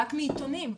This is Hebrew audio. רק מעיתונים.